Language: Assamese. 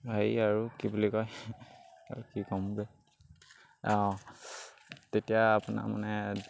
হেৰি আৰু কি বুলি কয় কি ক'ম বে' অঁ তেতিয়া আপোনাক মানে